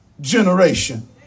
Generation